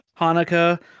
Hanukkah